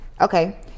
Okay